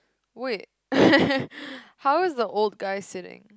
wait how is the old guy sitting